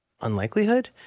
unlikelihood